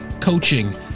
coaching